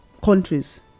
countries